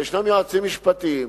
ויש יועצים משפטיים,